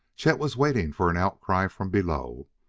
chet was waiting for an outcry from below,